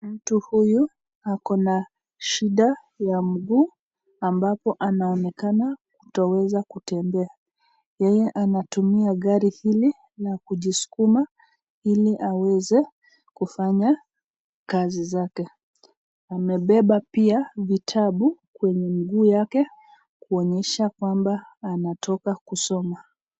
Mtu huyu akona shida ya mguu ambapo anaonekana kutoweza kutembea yeye anatumia gari hili na kujisuguma hili aweze kufanya kazi zake, amepepa pia vitabu kwenye Mikuu yake kionye kamba anatoka kusoma.